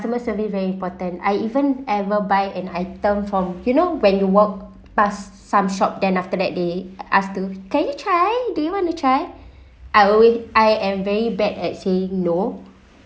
customer survey very important I even ever buy an item from you know when you walk pass some shop then after that they asked to can you try do you want to try I always I am very bad at saying no